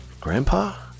Grandpa